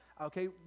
okay